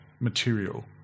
material